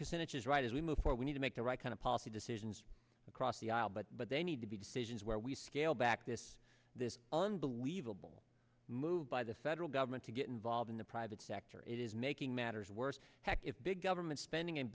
is right as we move for we need to make the right kind of policy decisions across the aisle but but they need to be decisions where we scale back this this unbelievable move by the federal government to get involved in the private sector it is making matters worse heck if big government spending and